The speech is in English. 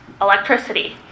electricity